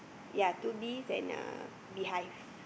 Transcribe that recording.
ya two bees and a beehive